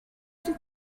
did